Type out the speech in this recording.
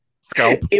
scalp